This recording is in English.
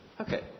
Okay